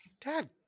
Dad